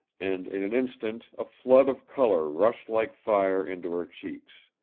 and in an instant a flood of color rushed like fire into her cheeks.